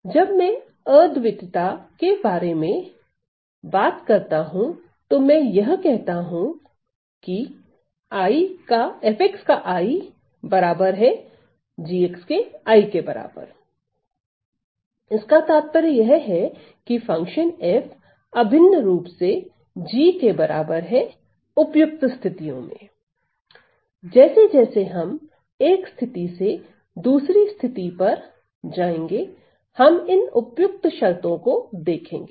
जब मैं अद्वितीयता के बारे में बात करता हूं तो मैं यह कहता हूं कि If Ig इसका तात्पर्य यह है की फंक्शन f अभिन्न रूप से g के बराबर है उपयुक्त स्थितियों मे जैसे जैसे हम एक स्थिति से दूसरी स्थिति पर जाएंगे हम इन उपयुक्त शर्तों को देखेंगे